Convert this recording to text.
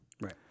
Right